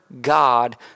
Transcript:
God